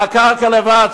על הקרקע לבד,